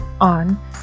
on